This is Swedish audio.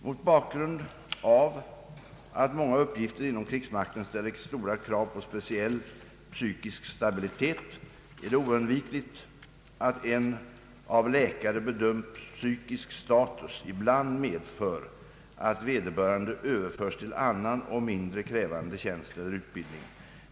Mot bakgrund av att många uppgifter inom krigsmakten ställer stora krav på speciell psykisk stabilitet är det oundvikligt att en av läkare bedömd psykisk status ibland medför att vederbörande överförs till annan och mindre krävande tjänst eller utbildning.